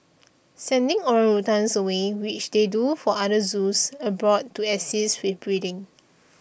sending orangutans away which they do for other zoos abroad to assist with breeding